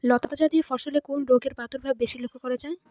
লতাজাতীয় ফসলে কোন রোগের প্রাদুর্ভাব বেশি লক্ষ্য করা যায়?